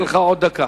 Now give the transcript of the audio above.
אני אתן לך עוד דקה.